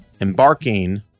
embarking